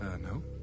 No